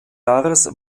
jahres